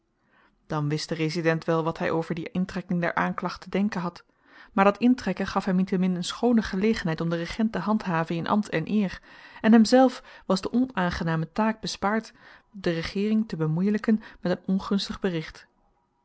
dan wist de resident wel wat hy over die intrekking der aanklacht te denken had maar dat intrekken gaf hem niettemin een schoone gelegenheid om den regent te handhaven in ambt en eer en hemzelf was de onaangename taak bespaard de regeering te bemoeielyken met een ongunstig bericht